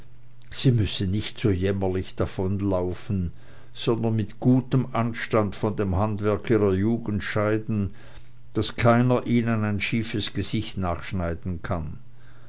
sie müssen nicht so jämmerlich davonlaufen sondern mit gutem anstand von dem handwerk ihrer jugend scheiden daß keiner ihnen ein schiefes gesicht nachschneiden kann